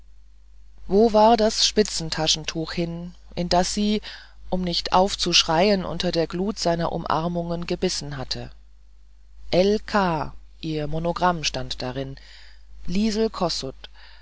wo war das spitzentaschentuch hin in das sie um nicht aufzuschreien unter der glut seiner umarmung gebissen hatte l k ihr monogramm stand darin liesel kossut